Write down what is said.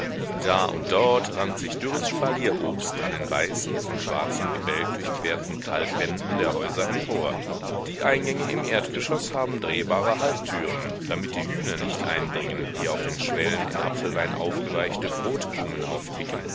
da und dort rankt sich dürres spalierobst an den weißen von schwarzem gebälk durchquerten kalkwänden der häuser empor die eingänge im erdgeschoß haben drehbare halbtüren damit die hühner nicht eindringen die auf den schwellen in apfelwein aufgeweichte brotkrumen aufpicken